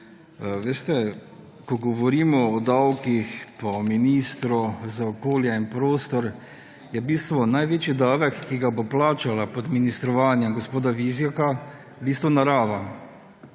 Veste, ko govorimo o davkih pa o ministru za okolje in prostor, bo največji davek plačala pod ministrovanjem gospoda Vizjaka v bistvu narava